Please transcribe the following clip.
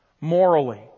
morally